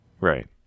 Right